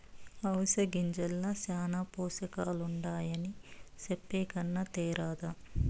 అవిసె గింజల్ల శానా పోసకాలుండాయని చెప్పే కన్నా తేరాదా